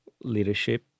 leadership